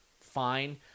fine